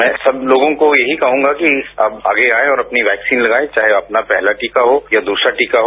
मैं सब लोगों को यही कहूंगा कि आप आगे आएं अपनी वैक्सीन लगाएं चाहें आपका पहला टीका हो या दूसरा टीका हो